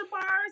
bars